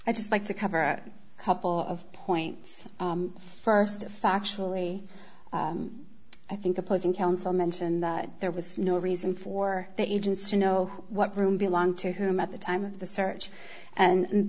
i just like to cover a couple of points st of factually i think opposing counsel mentioned that there was no reason for the agents to know what room belonged to him at the time of the search and